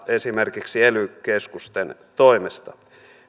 esimerkiksi ely keskusten toimesta